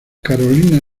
carolina